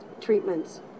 treatments